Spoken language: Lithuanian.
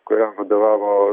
kuriam vadovavo